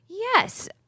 Yes